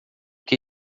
que